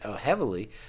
heavily